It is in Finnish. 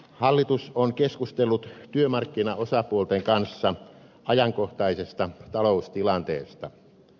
hallitus on keskustellut työmarkkinaosapuolten kanssa ajankohtaisesta taloustilanteesta